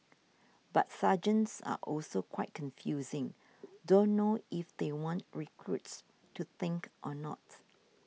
but sergeants are also quite confusing don't know if they want recruits to think or not